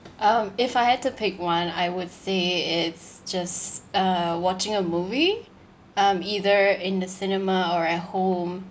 um if I had to pick one I would say it's just uh watching a movie um either in the cinema or at home